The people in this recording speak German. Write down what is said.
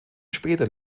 später